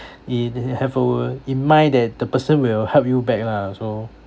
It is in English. it have uh in mind that the person will help you back lah so